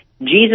Jesus